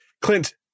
Clint